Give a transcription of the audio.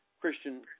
Christian